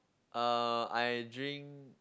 uh I drink